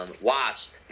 Wasp